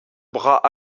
bras